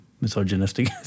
misogynistic